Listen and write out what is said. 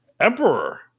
Emperor